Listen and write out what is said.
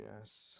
Yes